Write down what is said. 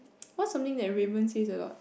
what's something that Raymond says a lot